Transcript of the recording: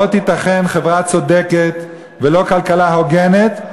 לא תיתכן חברה צודקת ולא כלכלה הוגנת,